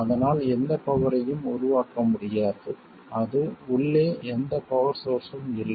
அதனால் எந்த பவரையும் உருவாக்க முடியாது அது உள்ளே எந்த பவர் சோர்ஸ்ஸும் இல்லை